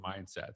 mindsets